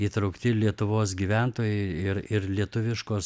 įtraukti lietuvos gyventojai ir ir lietuviškos